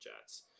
Jets